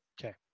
Okay